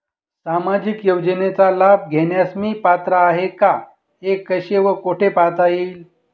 सामाजिक योजनेचा लाभ घेण्यास मी पात्र आहे का हे कसे व कुठे पाहता येईल?